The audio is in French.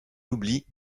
l’oubli